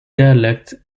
dialect